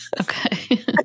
Okay